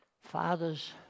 fathers